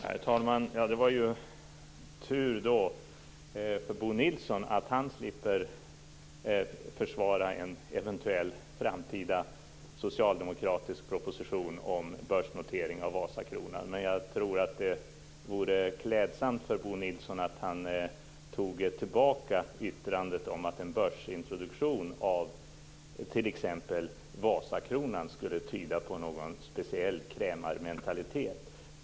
Herr talman! Det är ju tur för Bo Nilsson att han slipper försvara en eventuell framtida socialdemokratisk proposition om en börsnotering av Vasakronan. Men det vore klädsamt av Bo Nilsson om han tog tillbaka yttrandet om att en börsintroduktion av t.ex. Vasakronan skulle tyda på en speciell krämarmentalitet.